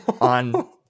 on